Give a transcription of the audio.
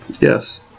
Yes